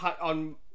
on